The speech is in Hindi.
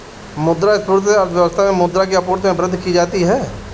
मुद्रा संस्फिति से अर्थव्यवस्था में मुद्रा की आपूर्ति में वृद्धि की जाती है